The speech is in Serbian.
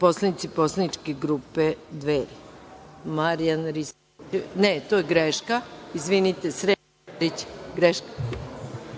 poslanici Poslaničke grupe Dveri. Da